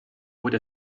with